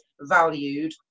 valued